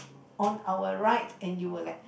on our right and you were like